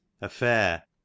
affair